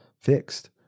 fixed